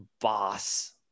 boss